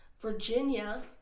Virginia